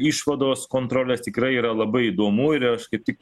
išvados kontrolės tikrai yra labai įdomu ir aš kaip tik kaip tik